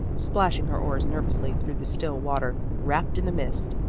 splashing her oars nervously through the still water, wrapped in the mist,